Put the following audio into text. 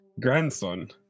grandson